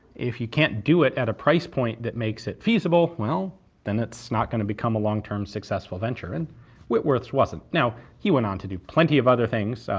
if you can't do it at a price point that makes it feasible, well then it's not gonna become a long-term successful venture, and whitworth's wasn't. now he went on to do plenty of other things.